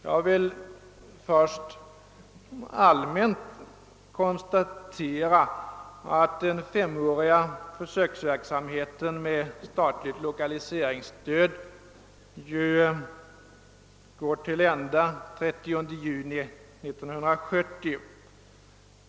Jag vill först allmänt konstatera att den femåriga försöksverksamheten med statligt lokaliseringsstöd går till ända den 30 juni 1970.